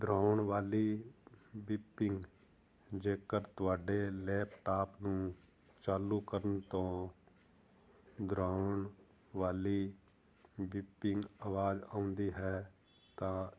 ਡਰਾਉਣ ਵਾਲੀ ਬਿਪਿੰਗ ਜੇਕਰ ਤੁਹਾਡੇ ਲੈਪਟਾਪ ਨੂੰ ਚਾਲੂ ਕਰਨ ਤੋਂ ਡਰਾਉਣ ਵਾਲੀ ਬੀਪਿੰਗ ਆਵਾਜ਼ ਆਉਂਦੀ ਹੈ ਤਾਂ